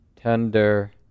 tender